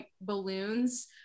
balloons